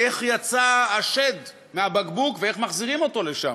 איך יצא השד מהבקבוק, ואיך מחזירים אותו לשם?